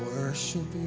worship